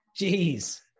Jeez